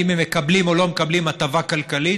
הם מקבלים או לא מקבלים הטבה כלכלית,